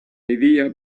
idea